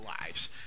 lives